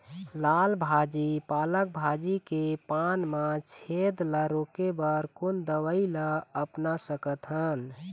लाल भाजी पालक भाजी के पान मा छेद ला रोके बर कोन दवई ला अपना सकथन?